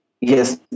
yes